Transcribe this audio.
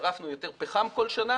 שרפנו יותר פחם כל שנה